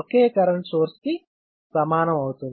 ఒకే current source కి సమానం అవుతుంది